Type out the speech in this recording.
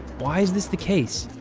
why is this the case?